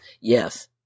Yes